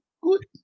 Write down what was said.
Good